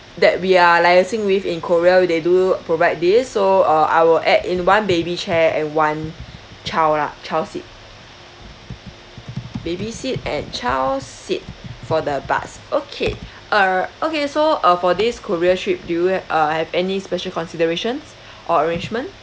that we are liaising with in korea they do provide this so uh I will add in one baby chair and one child lah child seat baby seat and child seat for the bus okay err okay so uh for this korea trip do you uh have any special considerations or arrangement